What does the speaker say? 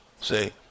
see